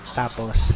tapos